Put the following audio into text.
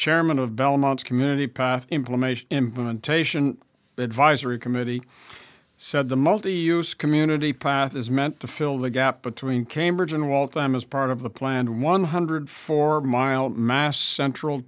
chairman of belmont's committee path implementation implementation advisory committee said the multi use community path is meant to fill the gap between cambridge and wall time as part of the planned one hundred four mile mast central